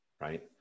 right